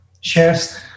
shares